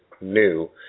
new